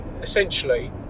essentially